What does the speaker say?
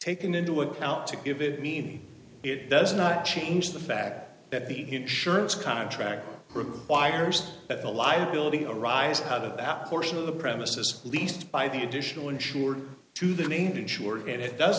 taken into account to give it mean it does not change the fact that the insurance contract requires that the liability arise out of that portion of the premises leased by the additional insured to the named insured and it does